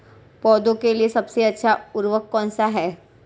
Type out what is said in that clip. पौधों के लिए सबसे अच्छा उर्वरक कौनसा हैं?